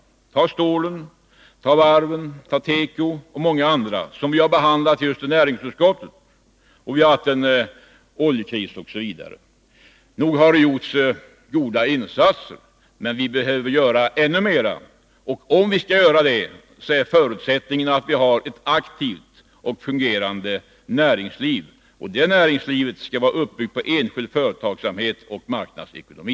Det gäller stål, varv, teko och många andra branscher som vi har behandlat just i näringsutskottet. Vi har haft och har en oljekris osv. Nog har det gjorts goda insatser. Men vi behöver göra ännu mer. Om vi skall kunna göra det, så är förutsättningen att vi har ett aktivt och fungerande näringsliv. Och det näringslivet skall vara uppbyggt på enskild företagsamhet och marknadsekonomi.